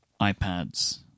iPad's